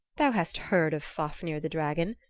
thou hast heard of fafnir the dragon,